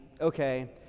Okay